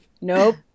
Nope